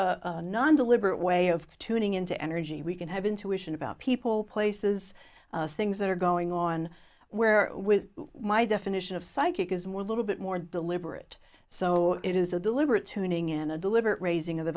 a non deliberate way of tuning in to energy we can have intuition about people places things that are going on where with my definition of psychic is more a little bit more deliberate so it is a deliberate tuning in a deliberate raising of the